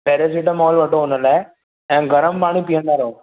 paracetamol वठो हुन लाइ ऐं गरमु पाणी पीअंदा रहो